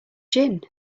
gin